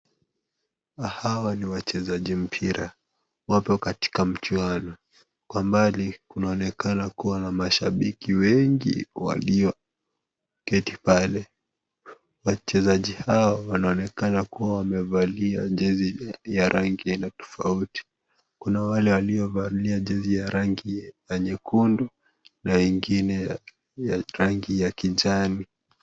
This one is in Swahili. Hawa ni wachezaji mpira wako kwenye mjuano, kwa mbali unaonekana kuwa na mashabiki wengi walioketi pale, wachezaji hao wanaonekana kuwa wamevalia jezi za rangi ya tofauti, kuna wale waliovalia jezi ya rangi ya nyekundu na ingine rangi ya kijani.